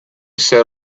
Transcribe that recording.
set